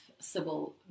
Sybil